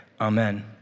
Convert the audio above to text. Amen